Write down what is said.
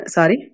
Sorry